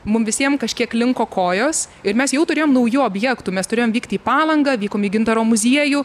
mum visiem kažkiek linko kojos ir mes jau turėjom naujų objektų mes turėjom vykti į palangą vykom į gintaro muziejų